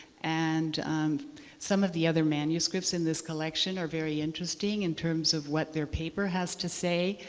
and some of the other manuscripts in this collection are very interesting in terms of what their paper has to say.